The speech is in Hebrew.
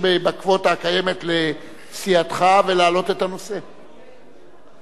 זה בקווטה שלכם, כתוב "הנמקה